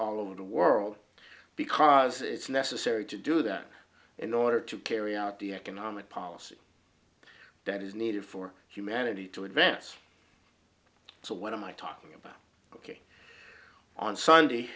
all over the world because it's necessary to do that in order to carry out the economic policy that is needed for humanity to advance so what am i talking about on sunday